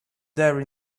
there